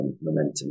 momentum